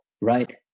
Right